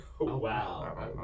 wow